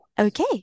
Okay